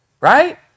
right